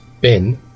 bin